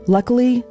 Luckily